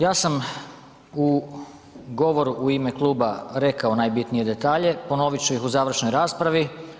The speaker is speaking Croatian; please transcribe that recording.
Ja sam u govoru u ime kluba rekao najbitnije detalje, ponovit ću ih u završnoj raspravi.